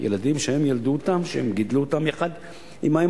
ילדים שהם ילדו אותם ושהם גידלו אותם יחד עם האמא